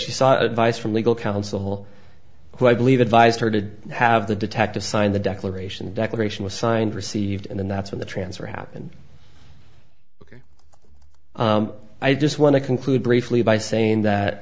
sought advice from legal counsel who i believe advised her to have the detective signed the declaration declaration was signed received and then that's when the transfer happened ok i just want to conclude briefly by saying